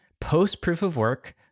post-proof-of-work